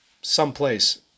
someplace